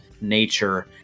nature